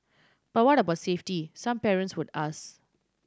but what about safety some parents would ask